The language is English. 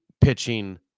pitching